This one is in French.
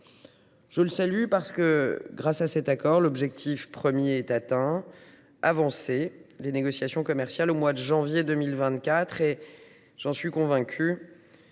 Je le salue, car grâce à lui l’objectif premier est atteint : avancer les négociations commerciales au mois de janvier 2024. J’en suis convaincue,